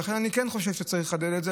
ולכן אני כן חושב שצריך לחדד את זה.